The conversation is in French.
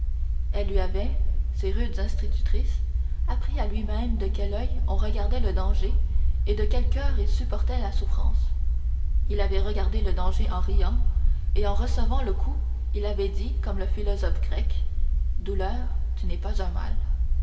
elles lui avaient ces rudes institutrices appris à lui-même de quel oeil il regardait le danger et de quel coeur il supportait la souffrance il avait regardé le danger en riant et en recevant le coup il avait dit comme le philosophe grec douleur tu n'es pas un mal